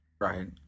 Right